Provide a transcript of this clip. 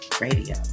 Radio